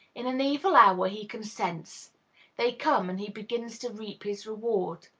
in an evil hour, he consents they come, and he begins to reap his reward.